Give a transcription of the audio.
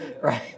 right